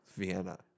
Vienna